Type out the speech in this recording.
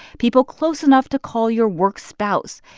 people close enough to call your work spouse,